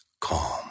calm